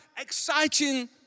exciting